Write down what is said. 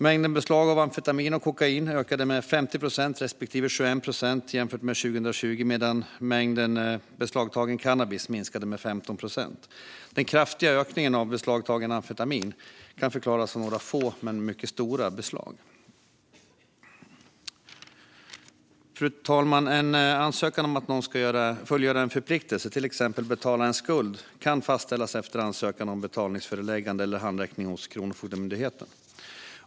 Mängden beslag av amfetamin och kokain ökade med 50 procent respektive 21 procent jämfört med 2020, medan mängden beslagtagen cannabis minskade med 15 procent. Den kraftiga ökningen av beslagtaget amfetamin kan förklaras av några få men mycket stora beslag. Fru talman! En ansökan om att någon ska fullgöra en förpliktelse, till exempel betala en skuld, kan fastställas efter ansökan om betalningsföreläggande eller handräckning hos Kronofogdemyndigheten.